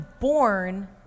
born